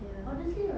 ya